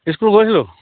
school গৈছিলোঁ